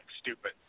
stupid